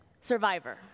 Survivor